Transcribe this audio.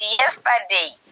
yesterday